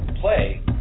play